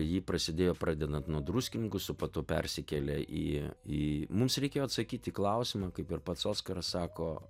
ji prasidėjo pradedant nuo druskininkų su po to persikėlė į į mums reikėjo atsakyti į klausimą kaip ir pats oskaras sako